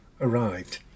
arrived